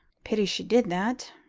pity she did that,